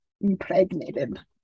impregnated